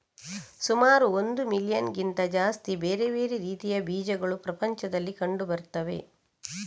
ಸುಮಾರು ಒಂದು ಮಿಲಿಯನ್ನಿಗಿಂತ ಜಾಸ್ತಿ ಬೇರೆ ಬೇರೆ ರೀತಿಯ ಬೀಜಗಳು ಪ್ರಪಂಚದಲ್ಲಿ ಕಂಡು ಬರ್ತವೆ